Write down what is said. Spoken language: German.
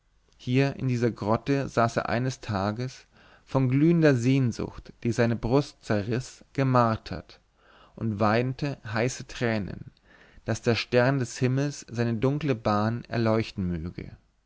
hier in dieser grotte saß er eines tages von glühender sehnsucht die seine brust zerriß gemartert und weinte heiße tränen daß der stern des himmels seine dunkle bahn erleuchten möge